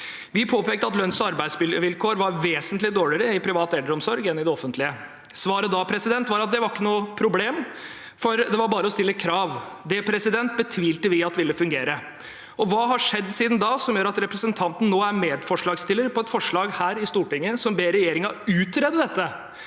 Vi påpekte at lønns- og arbeidsvilkår var vesentlig dårligere i den private eldreomsorgen enn i det offentlige. Svaret da var at det ikke var noe problem, for det var bare å stille krav. Det betvilte vi at ville fungere. Hva har skjedd siden da som gjør at representanten nå er medforslagsstiller på et forslag her i Stortinget som ber regjeringen utrede dette?